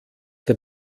der